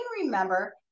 remember